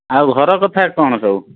ଆଉ ଘର କଥା କ'ଣ ସବୁ